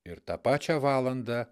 ir tą pačią valandą